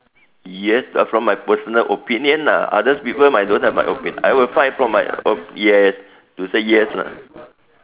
yes uh from my personal opinion lah other people might don't have my opinion I will fight for my o~ yes to say yes lah